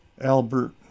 albert